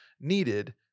needed